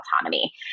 autonomy